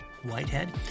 Whitehead